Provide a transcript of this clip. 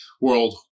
World